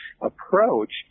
approach